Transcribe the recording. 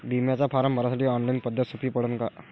बिम्याचा फारम भरासाठी ऑनलाईन पद्धत सोपी पडन का?